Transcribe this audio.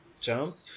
jump